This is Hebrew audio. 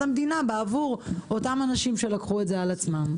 המדינה בעבור אותם אנשים שלקחו את זה על עצמם.